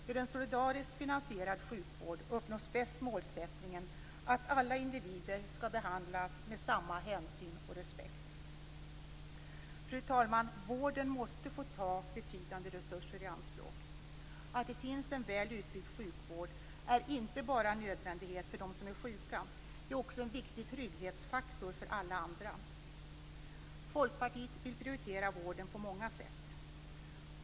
Med en solidariskt finansierad sjukvård uppnås bäst målsättningen att alla individer skall behandlas med samma hänsyn och respekt. Fru talman! Vården måste få ta betydande resurser i anspråk. Att det finns en väl utbyggd sjukvård är inte bara en nödvändighet för dem som är sjuka. Det är också en viktig trygghetsfaktor för alla andra. Folkpartiet vill prioritera vården på många sätt.